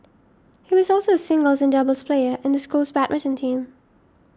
he was also a singles and doubles player in the school's badminton team